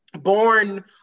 born